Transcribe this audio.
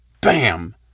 Bam